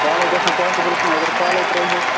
کالے گژھنہٕ پاسِبٕل کیٚنہہ اَگرے کَالٕے ترٲیہو تہٕ